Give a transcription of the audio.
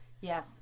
yes